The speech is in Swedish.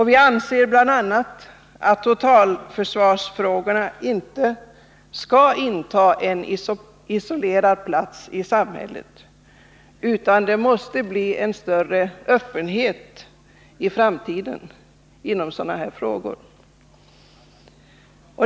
Vi anser bl.a. att totalförsvarsfrågorna inte skall inta en isolerad plats i samhället — det måste i framtiden bli en större öppenhet när det gäller sådana frågor.